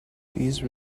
these